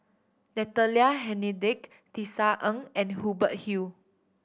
Natalie Hennedige Tisa Ng and Hubert Hill